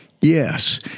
Yes